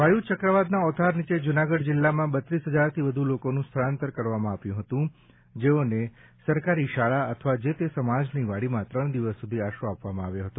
વાયુ ચક્રવાત ના ઓથાર નીચે જૂનાગઢ જિલ્લા માં બત્રીસ હજ્જાર થી વધુ લોકોનું સ્થળાંતર કરવામાં આવ્યું હતું જેઓ ને સરકારી શાળા અથવા જે તે સમાજ ની વાડી માં ત્રણ દિવસ સુધી આશરો આપવામાં આવ્યો હતો